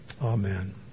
Amen